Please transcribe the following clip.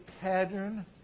pattern